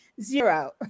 Zero